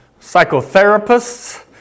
psychotherapists